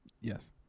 Yes